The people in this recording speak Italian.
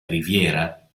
riviera